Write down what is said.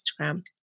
Instagram